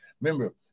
Remember